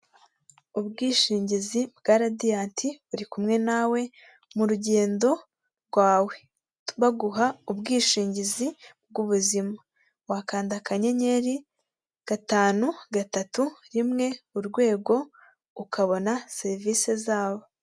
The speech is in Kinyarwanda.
Ubwishingizi bwa Radianti buri kumwe nawe mu rugendo rwawe, baguha ubwishingizi b'ubuzima, wakanda akanyenyeri, gatanu, gatatu, rimwe, urwego, ukabona serivisi zabo.